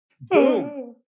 Boom